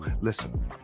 listen